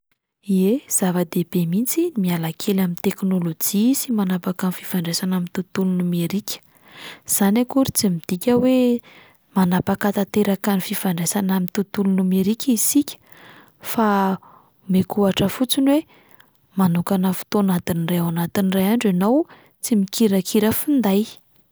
Ie, zava-dehibe mihitsy ny miala kely amin'ny teknôlôjia sy manapaka fifandraisana amin'ny tontolo nomerika, izany akory tsy midika hoe manapaka tanteraka ny fifandraisana amin'ny tontolo nomerika isika fa omeko ohatra fotsiny hoe manokana fotoana adiny iray ao anatin'ny iray andro ianao tsy mikirakira finday.